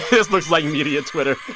this looks like media twitter.